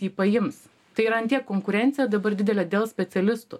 jį paims tai yra ant tiek konkurencija dabar didelė dėl specialistų